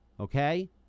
Okay